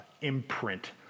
imprint